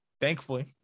Thankfully